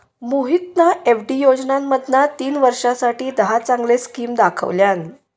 मोहितना एफ.डी योजनांमधना तीन वर्षांसाठी दहा चांगले स्किम दाखवल्यान